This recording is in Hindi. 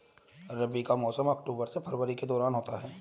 रबी का मौसम अक्टूबर से फरवरी के दौरान होता है